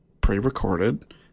pre-recorded